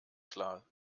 klar